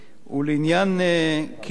ולעניין קידום,